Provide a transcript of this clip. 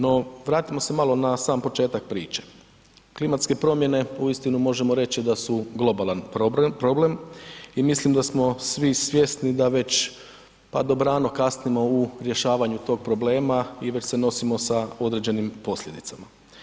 No, vratimo se malo na sam početak priče klimatske promjene uistinu možemo reći da su globalan problem i mislim da smo svi svjesni da već dobrano kasnimo u rješavanju tog problema i već se nosimo sa određenim posljedicama.